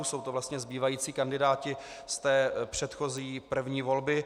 Jsou to vlastně zbývající kandidáti z předchozí první volby.